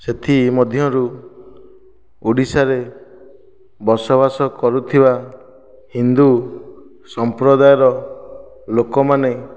ସେଥିମଧ୍ୟରୁ ଓଡ଼ିଶାରେ ବସବାସ କରୁଥିବା ହିନ୍ଦୁ ସମ୍ପ୍ରଦାୟର ଲୋକମାନେ